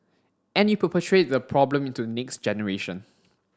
and you perpetuate the problem into the next generation